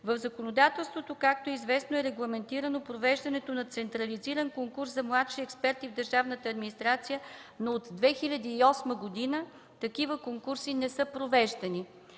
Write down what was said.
В законодателството, както е известно, е регламентирано провеждането на централизиран конкурс за младши експерти в държавната администрация, но от 2008 г. такива конкурси не са провеждани.